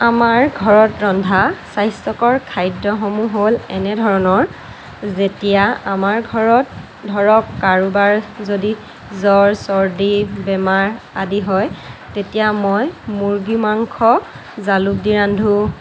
আমাৰ ঘৰত ৰন্ধা স্বাস্থ্য়কৰ খাদ্য়সমূহ হ'ল এনে ধৰণৰ যেতিয়া আমাৰ ঘৰত ধৰক কাৰোবাৰ যদি জ্বৰ চৰ্দী বেমাৰ আদি হয় তেতিয়া মই মুৰ্গী মাংস জালুক দি ৰান্ধোঁ